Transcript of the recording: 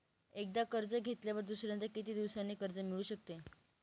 एकदा कर्ज घेतल्यावर दुसऱ्यांदा किती दिवसांनी कर्ज मिळू शकते?